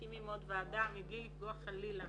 מקימים עוד ועדה, מבלי לפגוע חלילה